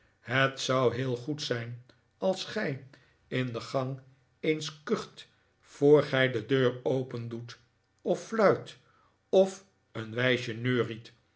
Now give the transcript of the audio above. het zou heel goed zijn als gij in de gang eens kucht voor gij de deur opendoet of fluit of een wijsje neuriet of